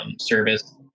service